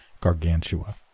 Gargantua